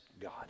God